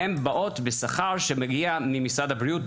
הן באות בשכר שבעצם מגיע ממשרד הבריאות,